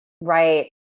Right